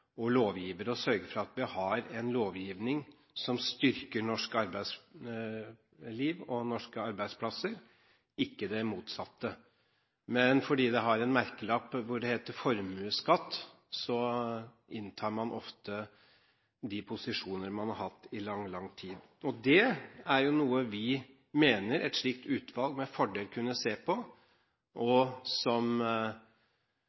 og lovgivere å sørge for at vi har en lovgivning som styrker norsk arbeidsliv og norske arbeidsplasser, ikke det motsatte. Men fordi det har en merkelapp der det står «formuesskatt», inntar man ofte de posisjoner man har hatt i lang, lang tid. Det er noe vi mener et slikt utvalg med fordel kunne se på.